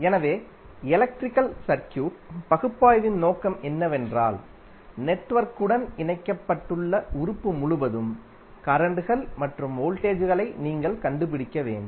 எனவே electrical circuit பகுப்பாய்வின் நோக்கம் என்னவென்றால் நெட்வொர்க்குடன் இணைக்கப்பட்டுள்ள உறுப்பு முழுவதும் கரண்ட்கள் மற்றும் வோல்டேஜ்களை நீங்கள் கண்டுபிடிக்க வேண்டும்